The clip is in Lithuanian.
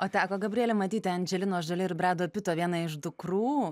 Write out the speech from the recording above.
o teko gabriele matyti andželinos džoli ir brendo pito vieną iš dukrų